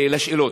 לשאלות,